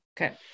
Okay